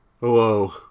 Hello